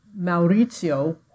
Maurizio